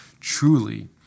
truly